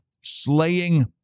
slaying